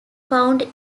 found